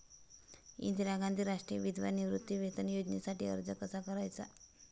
इंदिरा गांधी राष्ट्रीय विधवा निवृत्तीवेतन योजनेसाठी अर्ज कसा करायचा?